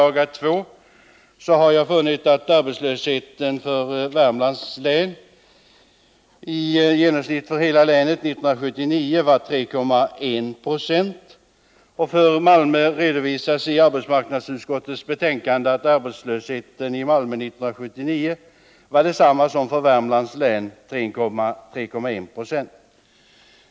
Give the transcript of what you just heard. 2 vid det nyssnämnda betänkandet har jag funnit att arbetslösheten för Värmlands län, i genomsnitt för hela länet, 1979 var 3,1 26. För Malmö redovisas i arbetsmarknadsutskottets betänkande att arbetslösheten i Malmö 1979 var densamma som för Värmlands län — 3,1 20.